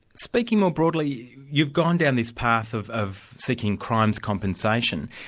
speaking more broadly, you've gone down this path of of seeking crimes compensation.